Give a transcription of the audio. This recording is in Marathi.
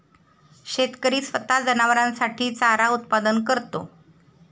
शेतकरी स्वतः जनावरांसाठी चारा उत्पादन करतो